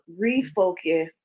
refocus